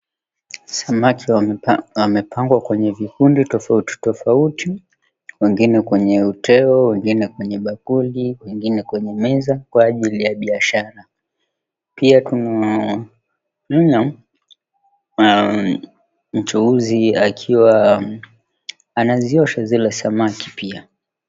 Samaki wamepangwa kwenye vikundi tofauti tofauti. Wengine kwenye uteo, wengine kwenye bakuli, wengine kwenye meza kwa ajili ya biashara. Pia kuna mchuuzi akiwa anaziosha zile samaki pia.